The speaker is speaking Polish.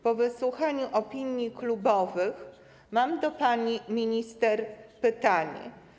Po wysłuchaniu opinii klubowych mam do pani minister pytanie: